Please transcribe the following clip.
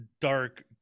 dark